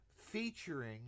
featuring